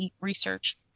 research